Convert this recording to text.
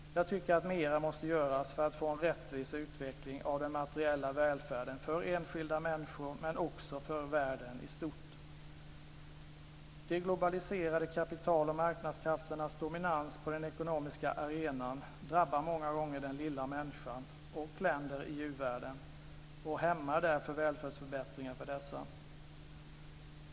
Jag tycker att mer måste göras för att få en rättvis utveckling av den materiella välfärden för enskilda människor men också för världen i stort. De globaliserade kapital och marknadskrafternas dominans på den ekonomiska arenan drabbar många gånger den lilla människan och länder i u-världen och hämmar därför välfärdsförbättringar för dessa.